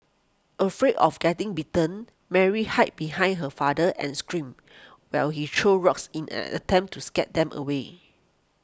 afraid of getting bitten Mary hid behind her father and screamed while he threw rocks in an attempt to scare them away